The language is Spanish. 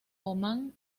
omán